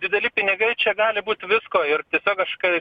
dideli pinigai čia gali būt visko ir tiesiog aš kai